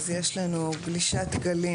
גלישת גלים